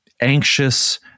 anxious